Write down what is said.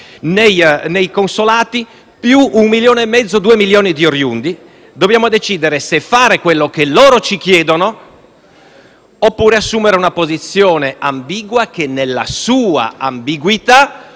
cui si aggiungono un milione e mezzo o due milioni di oriundi. Noi dobbiamo decidere se fare quello che loro ci chiedono, oppure assumere una posizione ambigua, che nella sua ambiguità